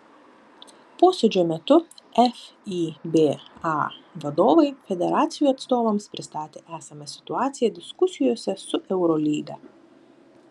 posėdžio metu fiba vadovai federacijų atstovams pristatė esamą situaciją diskusijose su eurolyga